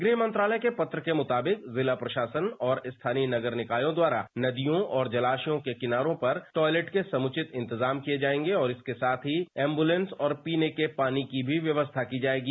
गृह मंत्रालय के पत्र के मुताबिक जिला प्रशासन और स्थानीय नगर निकायों द्वारा नदियों और जलाशयों के किनारों पर टॉयलेट के समुचित इंतजाम किए जाएंगे इसके साथ ही एंबुलेंस और पीने के पानी की भी व्यवस्था की जाएगी